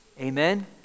Amen